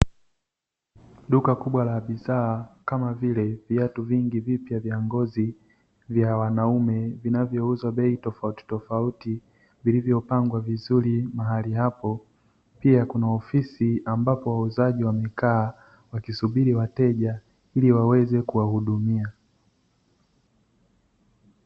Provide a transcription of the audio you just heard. Duka kubwa la bidhaa kama vile viatu vingi vipya vya ngozi vya wanaume vinavyouzwa bei tofauti tofauti, vilivyopangwa vizuri mahali hapo. Pia kuna ofisi ambapo wauzaji wa mikaa wakisubiri wateja ili waweze kuwahudumia.